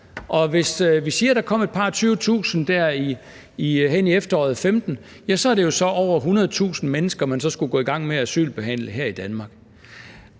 Og hvis vi siger, at der kom et par og tyve tusind i efteråret 2015, så er det jo over 100.000 mennesker, man så skulle gå i gang med at asylbehandle her i Danmark.